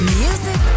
music